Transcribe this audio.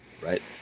right